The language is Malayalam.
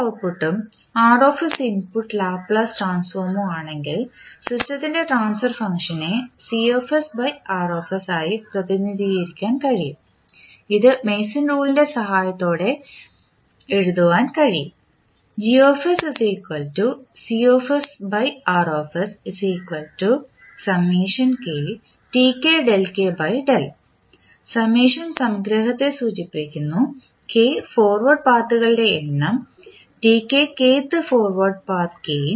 ഔട്ട്പുട്ട് ഉം ഇൻപുട്ട് ലാപ്ലേസ് ട്രാൻസ്ഫോർമും ആണെങ്കിൽ സിസ്റ്റത്തിൻറെ ട്രാൻസ്ഫർ ഫംഗ്ഷനെ ആയി പ്രതിനിധീകരിക്കാൻ കഴിയും ഇത് മേസൺ റൂളിൻറെ സഹായത്തോടെ വിലയിരുത്താൻ കഴിയും സംഗ്രഹത്തെ സൂചിപ്പിക്കുന്നു k ഫോർവേഡ് പാതകളുടെ എണ്ണം kth ഫോർവേഡ് പാത്ത് ഗേയിൻ